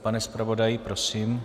Pane zpravodaji, prosím.